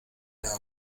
era